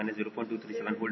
956 0